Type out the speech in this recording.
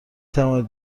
توانید